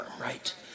right